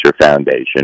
Foundation